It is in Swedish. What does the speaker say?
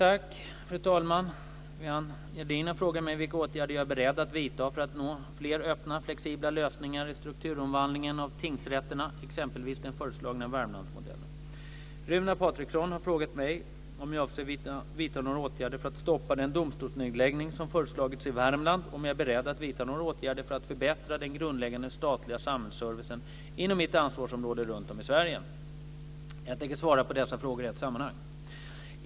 Fru talman! Viviann Gerdin har frågat mig vilka åtgärder jag är beredd att vidta för att nå fler öppna flexibla lösningar i strukturomvandlingen av tingsrätterna, exempelvis den föreslagna Värmlandsmodellen. Runar Patriksson har frågat mig om jag avser vidta några åtgärder för att stoppa den domstolsnedläggning som föreslagits i Värmland och om jag är beredd att vidta några åtgärder för att förbättra den grundläggande statliga samhällsservicen inom mitt ansvarsområde runt om i Sverige. Jag tänker svara på dessa frågor i ett sammanhang.